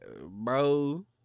bro